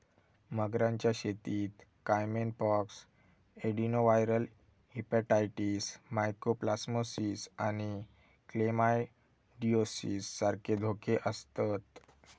मगरांच्या शेतीत caiman pox, adenoviral hepatitis, mycoplasmosis आणि क्लेमायडिओसिस सारखे धोके आसतत